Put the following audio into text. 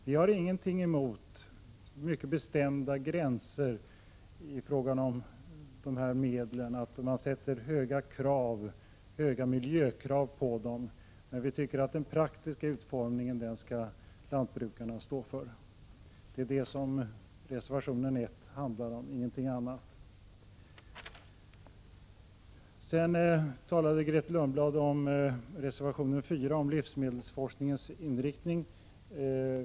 Vi har ingenting emot att man har mycket bestämda gränser i fråga om dessa medel och att man ställer höga miljökrav på dem, men vi tycker att lantbrukarna skall stå för den praktiska utformningen. Det är detta som reservation 1 handlar om, ingenting annat. Grethe Lundblad kommenterade reservation 4 om livsmedelsforskningens inriktning.